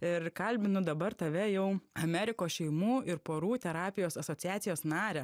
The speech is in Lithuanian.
ir kalbinu dabar tave jau amerikos šeimų ir porų terapijos asociacijos narę